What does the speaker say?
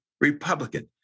Republican